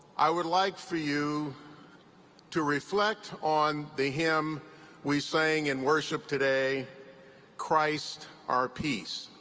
i would like for you to reflect on the hymn we sang in worship today christ our peace.